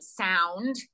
sound